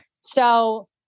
So-